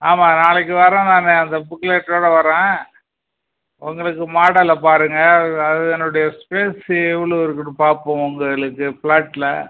ஆமாம் நாளைக்கு வரேன் நான் அந்த புக்லெட்டோட வரேன் உங்களுக்கு மாடலை பாருங்கள் அ அதனுடைய ஸ்பேஸ்ஸு எவ்வளோ இருக்குன்னு பார்ப்போம் உங்களுக்கு ப்ளாட்டில